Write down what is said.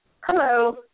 Hello